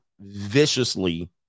viciously